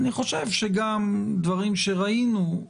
אני חושב שגם דברים שראינו,